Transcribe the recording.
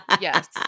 Yes